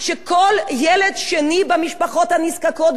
הנזקקות בגיל 11-10 אמור כבר לעבוד.